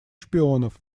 шпионов